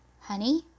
Honey